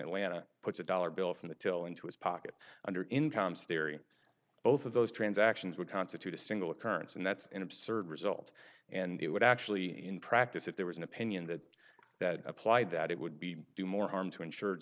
atlanta puts a dollar bill from the till into his pocket under income's theory both of those transactions would constitute a single occurrence and that's an absurd result and it would actually in practice if there was an opinion that that applied that it would be do more harm to insur